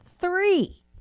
three